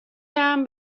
دهم